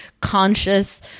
conscious